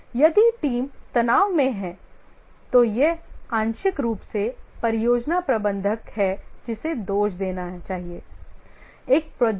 यदि टीम तनाव में है तो यह आंशिक रूप से परियोजना प्रबंधक है जिसे दोष देना है